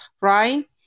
right